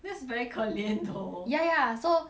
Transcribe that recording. that's very 可怜 though ya ya so